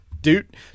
Dude